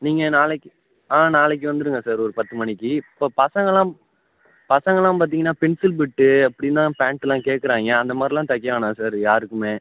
நீங்கள் நாளைக்கு ஆ நாளைக்கு வந்துடுங்க சார் ஒரு பத்து மணிக்கு இப்போ பசங்கள்லாம் பசங்கள்லாம் பார்த்தீங்கன்னா பென்சில் ஃபிட்டு அப்படின்னுலாம் பேண்ட்டுலாம் கேட்குறாங்க அந்த மாதிரில்லாம் தைக்க வேணாம் சார் யாருக்குமே